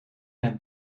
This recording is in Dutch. hem